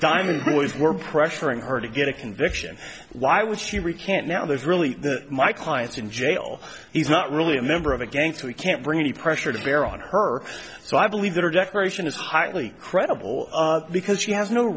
diamond boys were pressuring her to get a conviction why would she recant now there's really my clients in jail he's not really a member of a gang so he can't bring any pressure to bear on her so i believe that her declaration is highly credible because she has no